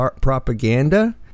propaganda